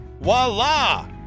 voila